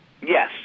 Yes